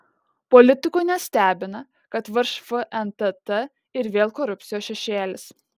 politikų nestebina kad virš fntt ir vėl korupcijos šešėlis